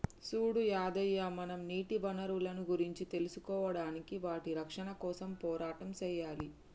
సూడు యాదయ్య మనం నీటి వనరులను గురించి తెలుసుకోడానికి వాటి రక్షణ కోసం పోరాటం సెయ్యాలి